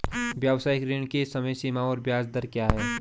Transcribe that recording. व्यावसायिक ऋण की समय सीमा और ब्याज दर क्या है?